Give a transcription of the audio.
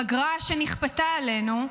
פגרה שנכפתה עלינו,